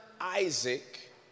Isaac